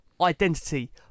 identity